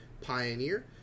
Pioneer